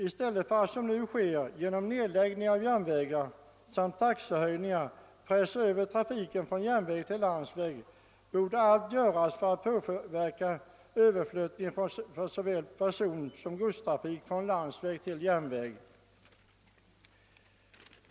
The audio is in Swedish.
I stället för att, som nu sker, genom nedläggning av järnvägar samt taxehöjningar pressa över trafiken från järnväg till landsväg borde allt göras för att påverka överflyttning av såväl personsom godstrafik från landsväg till järnväg.